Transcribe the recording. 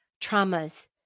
traumas